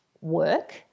work